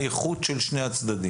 האיכות של שני הצדדים.